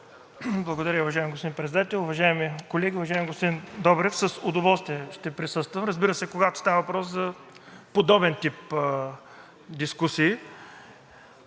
Благодаря, уважаеми господин Председател. Уважаеми колеги! Уважаеми господин Добрев, с удоволствие ще присъствам. Разбира се, когато става въпрос за подобен тип дискусии,